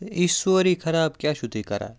یے سورُے خراب کیٛاہ چھُو تُہۍ کَران